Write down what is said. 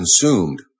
consumed